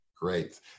Great